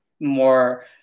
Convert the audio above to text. more